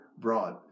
broad